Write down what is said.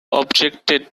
objected